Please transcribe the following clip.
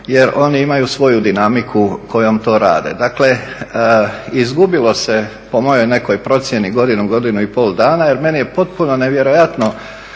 jer oni imaju svoju dinamiku kojom to rade. Dakle, izgubilo se po mojoj nekoj procjeni godinu, godinu i pol dana jer meni je potpuno nevjerojatno